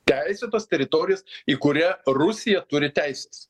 teisėtos teritorijos į kurią rusija turi teises